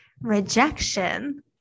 Rejection